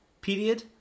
period